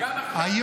גם עכשיו יש.